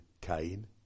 Cain